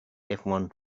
everyone